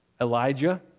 Elijah